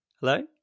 Hello